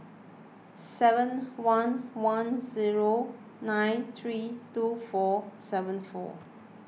seven one one zero nine three two four seven four